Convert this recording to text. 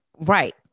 right